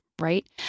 Right